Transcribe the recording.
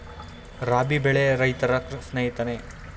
ರಾಬಿ ಬೆಳೆ ರೈತರ ಸ್ನೇಹಿತನೇ?